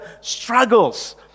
struggles